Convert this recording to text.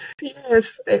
Yes